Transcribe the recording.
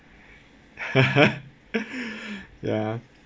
ya